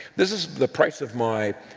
this is the price of my